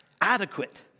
adequate